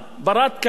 בת-קיימא,